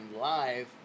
Live